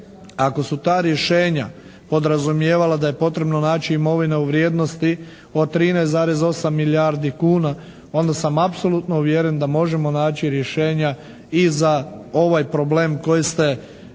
ako su ta rješenja podrazumijevala da je potrebno naći imovine u vrijednosti od 13,8 milijardi kuna onda sam apsolutno uvjeren da možemo naći rješenja i za ovaj problem koji ste moram